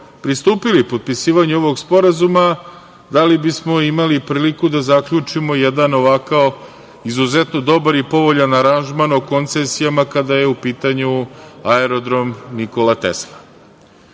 pristupili potpisivanju ovog sporazuma, da li bismo imali priliku da zaključimo jedan ovakav izuzetno dobar i povoljan aranžman o koncesijama kada je u pitanju aerodrom „Nikola Tesla“.Neko